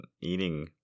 eating